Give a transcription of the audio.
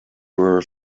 were